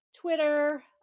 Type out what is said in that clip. Twitter